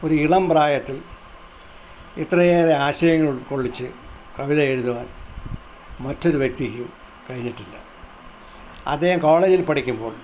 ഒരിളം പ്രായത്തിൽ ഇത്രയേറെ ആശയങ്ങൾ ഉൾക്കൊള്ളിച്ച് കവിത എഴുതുവാൻ മറ്റൊരു വ്യക്തിക്കും കഴിഞ്ഞിട്ടില്ല അദ്ദേഹം കോളേജിൽ പഠിക്കുമ്പോൾ